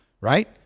right